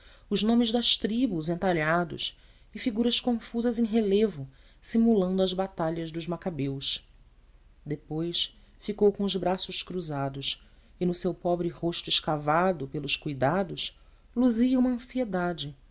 os nomes das tribos entalhados e figuras confusas em relevo simulando as batalhas dos macabeus depois ficou com os braços cruzados e no seu nobre rosto escavado pelos cuidados luzia uma ansiedade